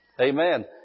Amen